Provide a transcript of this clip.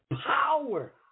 power